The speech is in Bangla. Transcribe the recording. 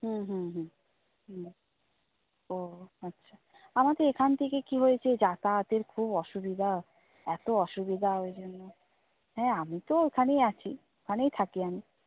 হুম হুম হুম হুম ও আচ্ছা আমাদের এখান থেকে কী হয়েছে যাতায়াতের খুব অসুবিধা এত অসুবিধা ওই জন্য হ্যাঁ আমি তো ওখানেই আছি ওখানেই থাকি আমি